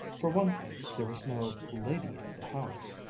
for one thing there was no lady of the house,